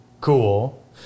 cool